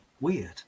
weird